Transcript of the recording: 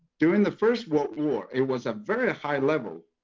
during the first world war, it was a very high level.